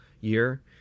year